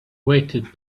waited